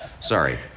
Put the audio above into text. Sorry